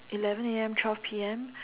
eleven A_M twelve P_M